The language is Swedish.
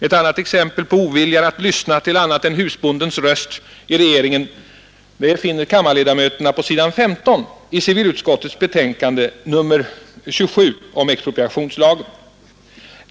Ett annat exempel på oviljan att lyssna till annat än husbondens röst i regeringen finner kammarledamöterna på sidan 15 i civilutskottets betänkande nr 27 om expropriationslagen.